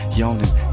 yawning